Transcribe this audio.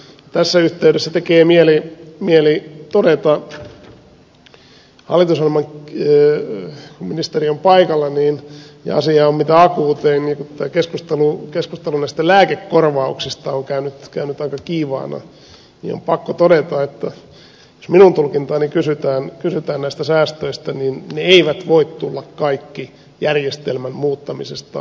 tässä yhteydessä tekee mieli todeta kun ministeri on paikalla ja asia on mitä akuutein että kun tämä keskustelu näistä lääkekorvauksista on käynyt aika kiivaana niin on pakko todeta että jos minun tulkintaani kysytään näistä säästöistä niin ne eivät voi tulla kaikki järjestelmän muuttamisesta